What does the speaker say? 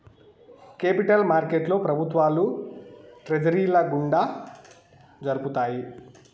capital మార్కెట్లో ప్రభుత్వాలు ట్రెజరీల గుండా జరుపుతాయి